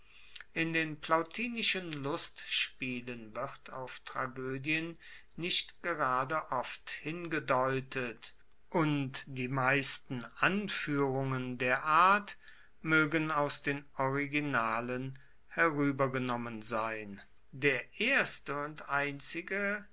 in den plautinischen lustspielen wird auf tragoedien nicht gerade oft hingedeutet und die meisten anfuehrungen der art moegen aus den originalen heruebergenommen sein der erste und einzig